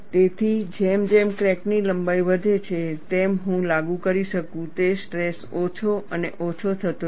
તેથી જેમ જેમ ક્રેકની લંબાઈ વધે છે તેમ હું લાગુ કરી શકું તે સ્ટ્રેસ ઓછો અને ઓછો થતો જશે